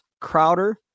crowder